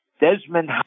Desmond